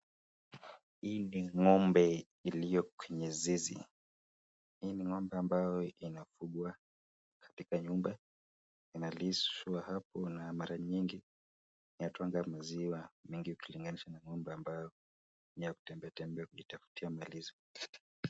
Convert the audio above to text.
Hii ni ng'ombe iliyo kwenye zizi. Hii ni ngombe ambayo inafugwa katika nyumba, inalishwa hapo na mara nyingi yatoa maziwa mingi ukilinganisha na ng'ombe ambayo ni ya kutembea tembea ukitafutia malisho.